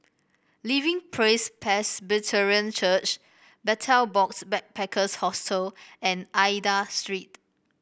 Living Praise Presbyterian Church Betel Box Backpackers Hostel and Aida Street